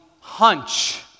hunch